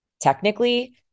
Technically